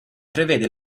prevede